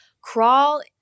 crawl